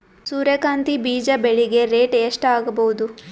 ಸೂರ್ಯ ಕಾಂತಿ ಬೀಜ ಬೆಳಿಗೆ ರೇಟ್ ಎಷ್ಟ ಆಗಬಹುದು?